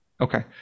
okay